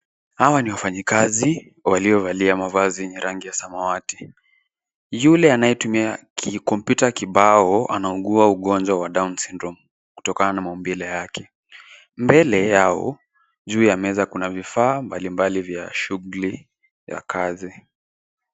Hawa ni wafanyikazi waliovalia mavazi yenye rangi ya samawati. Yule anayetumia kompyuta kibao anaugua ugonjwa wa Down Syndrome kutokana na maumbile yake. Mbele yao juu ya meza kuna vifaa mbalimbali vya shughuli ya kazi.